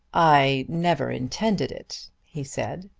i never intended it, he said.